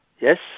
Yes